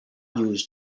used